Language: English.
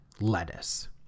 lettuce